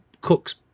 Cooks